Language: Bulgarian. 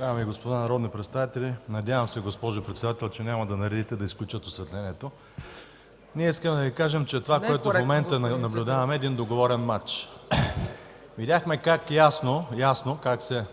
Дами и господа народни представители! Надявам се, госпожо Председател, че няма да наредите да изключат осветлението. Ние искаме да Ви кажем, че това, което в момента наблюдаваме, е един договорен мач. Видяхме ясно как се